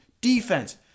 defense